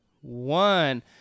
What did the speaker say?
one